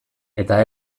eta